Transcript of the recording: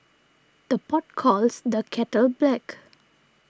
the pot calls the kettle black